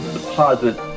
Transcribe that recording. deposit